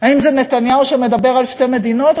האם זה נתניהו שמדבר על שתי מדינות,